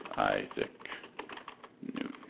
isaac newton.